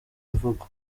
imvugo